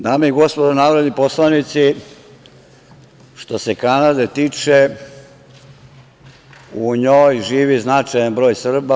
Dame i gospodo narodni poslanici, što se Kanade tiče, u njoj živi značajan broj Srba.